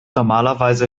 normalerweise